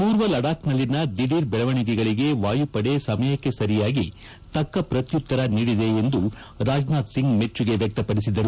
ಮೂರ್ವ ಲಡಾಖ್ನಲ್ಲಿನ ದಿಢೀರ್ ಬೆಳವಣಿಗೆಗಳಿಗೆ ವಾಯುಪಡೆ ಸಮಯಕ್ಷೆ ಸರಿಯಾಗಿ ತಕ್ಷ ಪ್ರತ್ಯುತ್ತರ ನೀಡಿದೆ ಎಂದು ರಾಜನಾಥ್ ಸಿಂಗ್ ಮೆಚ್ಚುಗೆ ವ್ಯಕ್ತಪಡಿಸಿದರು